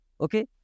okay